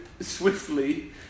swiftly